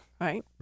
right